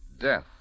Death